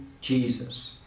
Jesus